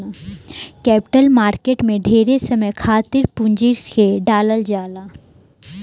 capital market में ढेरे समय खातिर पूंजी के डालल जाला